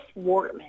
Wortman